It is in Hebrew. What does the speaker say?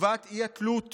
חובת אי-התלות